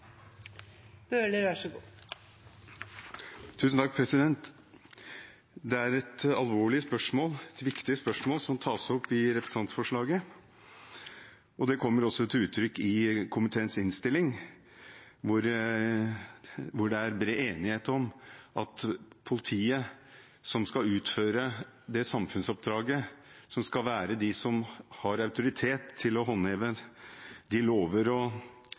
tas opp i representantforslaget. Det kommer også til uttrykk i komiteens innstilling, hvor det er bred enighet om at politiet – som skal utføre dette samfunnsoppdraget, som skal være de som har autoritet til å håndheve de lover og